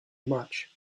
much